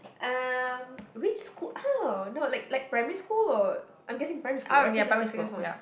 um which school ah not like like primary school or I'm guessing primary school right cause that's the one